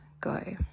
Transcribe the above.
go